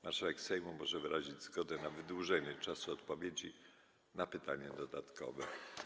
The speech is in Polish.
Marszałek Sejmu może wyrazić zgodę na wydłużenie czasu odpowiedzi na pytanie dodatkowe.